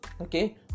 Okay